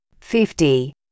fifty